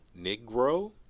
negro